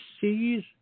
sees